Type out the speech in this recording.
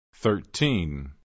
Thirteen